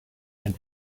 and